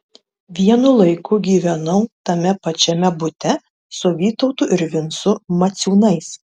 vienu laiku gyvenau tame pačiame bute su vytautu ir vincu maciūnais